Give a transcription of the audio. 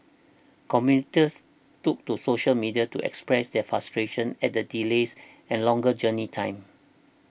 commuters took to social media to express their frustration at the delays and longer journey time